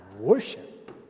worship